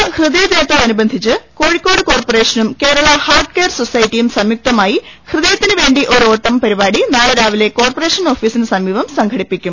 ലോക ഹൃദയ ദിനത്തോടനുബന്ധിച്ച് കോഴിക്കോട് കോർപ്പറേഷനും കേരള ഹാർട്ട് കെയർ സൊസൈറ്റിയും സംയുക്തമായി ഹൃദയത്തിന് വേണ്ടി ഒരു ഓട്ടം പരിപാടി നാളെ രാവിലെ കോർപ്പറേഷൻ ഓഫിസിന് സമീപം സംഘടിപ്പിക്കും